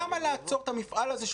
למה לעצור את המפעל הזה,